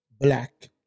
black